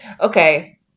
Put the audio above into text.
Okay